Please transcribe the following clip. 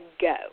go